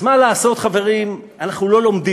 אז מה לעשות, חברים, אנחנו לא לומדים.